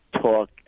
talk